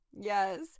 Yes